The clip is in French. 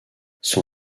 son